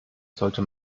sollte